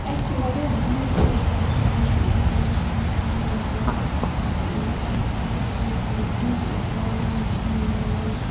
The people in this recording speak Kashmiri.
اَسہِ چھِ واریاہ دِل خۄش گَژھان ییٚلہِ أسۍ وٕچھان چھِ مَطلَب یِم اَسہِ اَتھو سۭتۍ یِم کُلۍ أسۍ لاگان چھِ یا یِم